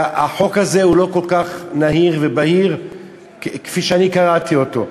והחוק הזה לא כל כך נהיר ובהיר כפי שאני קראתי אותו.